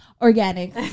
Organic